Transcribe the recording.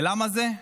ולמה זה?